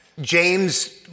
James